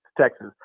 Texas